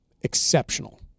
exceptional